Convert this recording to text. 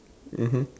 mmhmm